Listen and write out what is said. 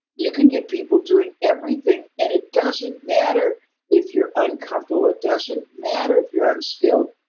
you can get people doing everything, and it doesn't matter if you're uncomfortable. it doesn't matter if you're unskilled.